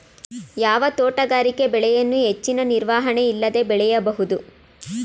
ಯಾವ ತೋಟಗಾರಿಕೆ ಬೆಳೆಯನ್ನು ಹೆಚ್ಚಿನ ನಿರ್ವಹಣೆ ಇಲ್ಲದೆ ಬೆಳೆಯಬಹುದು?